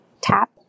tap